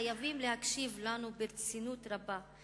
חייבים להקשיב לנו ברצינות רבה,